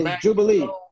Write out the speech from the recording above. Jubilee